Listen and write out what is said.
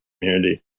community